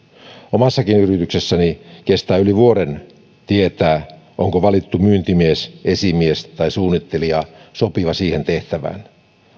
omassakin yrityksessäni kestää yli vuoden tietää onko valittu myyntimies esimies tai suunnittelija sopiva siihen tehtävään